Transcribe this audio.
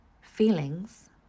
feelings